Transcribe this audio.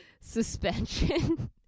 suspension